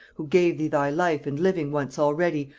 who gave thee thy life and living once already,